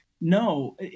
No